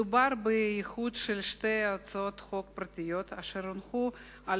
מדובר באיחוד של שתי הצעות חוק פרטיות אשר הונחו על